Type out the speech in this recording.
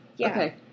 Okay